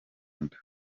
nda